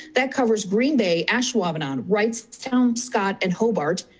that covers green bay, ashwaubenon, wrightstwon, um scott and hobart.